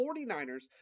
49ers